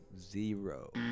Zero